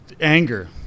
anger